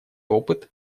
опыт